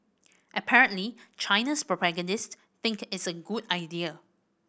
apparently China's propagandist think it's a good idea